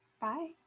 Bye